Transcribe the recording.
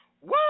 Woo